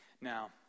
Now